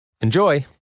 Enjoy